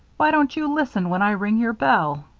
why don't you listen when i ring your bell?